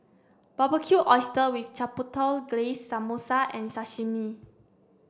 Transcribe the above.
Barbecued Oyster with Chipotle Glaze Samosa and Sashimi